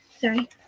Sorry